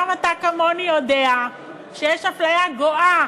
גם אתה כמוני יודע שיש אפליה גואה